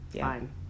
fine